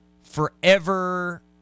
forever